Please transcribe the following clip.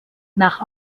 nach